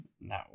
No